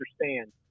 understand –